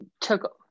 Took